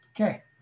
Okay